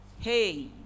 Hey